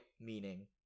meaning